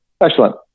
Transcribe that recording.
Excellent